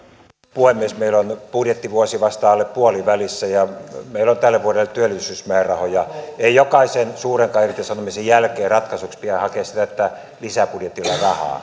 puhemies meillä on nyt budjettivuosi vasta alle puolivälissä ja meillä on tälle vuodelle työllisyysmäärärahoja ei jokaisen suurenkaan irtisanomisen jälkeen ratkaisuksi pidä hakea sitä että lisäbudjetilla rahaa